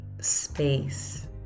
space